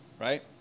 right